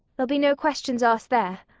there'll be no questions asked there.